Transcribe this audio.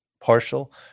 partial